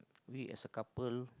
we as a couple